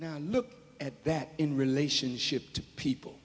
now look at that in relationship to people